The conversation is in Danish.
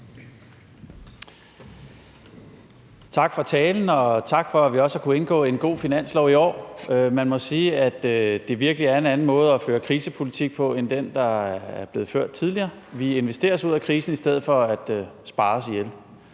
Tak for talen, og tak for, at vi også har kunnet indgå en god finanslovsaftale i år. Man må sige, at det virkelig er en anden måde at føre krisepolitik på end den, der er blevet brugt tidligere. Vi investerer os ud af krisen i stedet for at spare os ihjel.